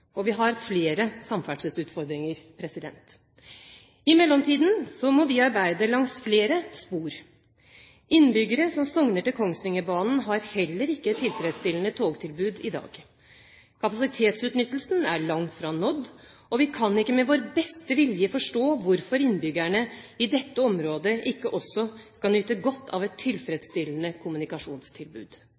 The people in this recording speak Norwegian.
Og vi har flere samferdselsutfordringer. I mellomtiden må vi arbeide langs flere spor. Innbyggere som sogner til Kongsvingerbanen, har heller ikke et tilfredsstillende togtilbud i dag. Kapasitetsutnyttelsen er langt fra nådd, og vi kan ikke med vår beste vilje forstå hvorfor innbyggerne i dette området ikke også skal nyte godt av et tilfredsstillende kommunikasjonstilbud.